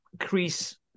increase